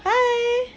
hi